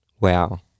Wow